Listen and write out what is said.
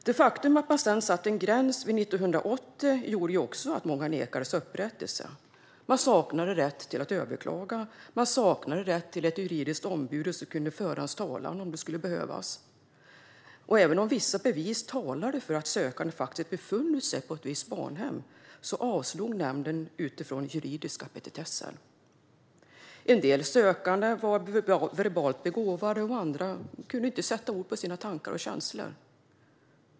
Det faktum att det sattes en gräns vid 1980 gjorde också att många nekades upprättelse. Man saknade rätt att överklaga. Man saknade också rätt till ett juridiskt ombud som kunde föra ens talan om det skulle behövas. Även om vissa bevis talade för att sökande faktiskt befunnit sig på ett visst barnhem avslog nämnden ansökningar på grund av juridiska petitesser. En del sökande var verbalt begåvade. Andra kunde inte sätta ord på sina tankar och känslor.